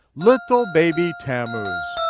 little baby tammuz.